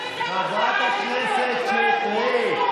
חברת הכנסת שטרית.